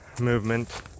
movement